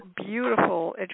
beautiful